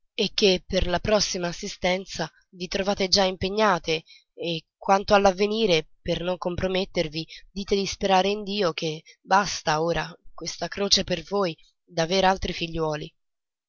e che per la prossima assistenza vi trovate già impegnate e quanto all'avvenire per non compromettervi dite di sperare in dio che basta ora questa croce per voi d'aver altri figliuoli